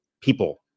people